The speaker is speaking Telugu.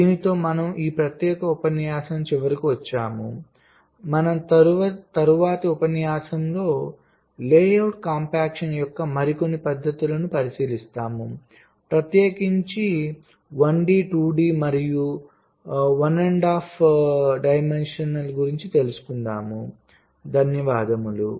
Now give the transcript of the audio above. దీనితో మనం ఈ ప్రత్యేక ఉపన్యాసం చివరకు వచ్చాము తరువాతి ఉపన్యాసంలో లేఅవుట్ కాంపాక్షన్ యొక్క మరికొన్ని పద్ధతులను పరిశీలిస్తాము ప్రత్యేకించి 1 D 2 D మరియు 1 మరియు సగం D 1 ½ D